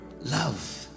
love